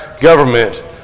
government